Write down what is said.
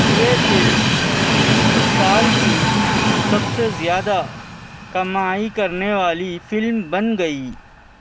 یہ فلم اس سال کی سب سے زیادہ کمائی کرنے والی فلم بن گئی